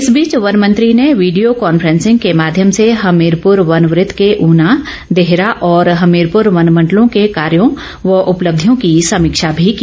इस बीच वन मंत्री ने विडियों कॉन्फेसिंग के माध्यम से हमीरपुर वनवृत के उना देहरा और हमीरपुर वन मंडलों के कार्यो व उपलब्धियों की समीक्षा भी की